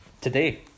Today